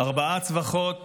"ארבע צווחות